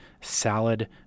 salad